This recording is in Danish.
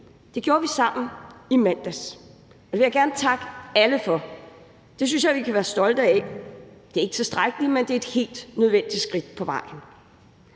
Det gjorde vi sammen i mandags, og det vil jeg gerne takke alle for. Det synes jeg vi kan være stolte af. Det er ikke tilstrækkeligt, men det er et helt nødvendigt skridt på vejen.